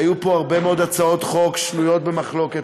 היו פה הרבה מאוד הצעות חוק שנויות במחלוקת,